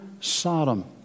Sodom